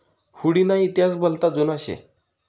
हुडी ना इतिहास भलता जुना शे